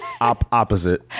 Opposite